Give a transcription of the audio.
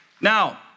Now